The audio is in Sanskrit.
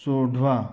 सोढ्वा